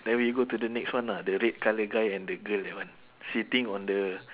then we go to the next one lah the red colour guy and the girl that one sitting on the